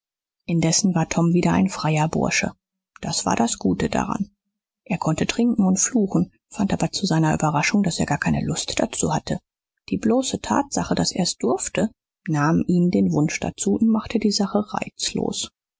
indessen war tom wieder ein freier bursch das war das gute dran er konnte trinken und fluchen fand aber zu seiner überraschung daß er gar keine lust dazu hatte die bloße tatsache daß er's durfte nahm ihm den wunsch dazu und machte die sache reizlos